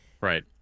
Right